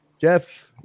Jeff